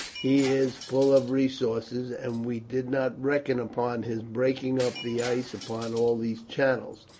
he is full of resources, and we did not reckon upon his breaking up the ice upon all these channels.